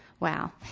wow.